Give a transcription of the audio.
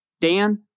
Dan